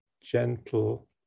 gentle